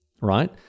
right